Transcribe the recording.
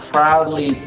Proudly